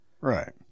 right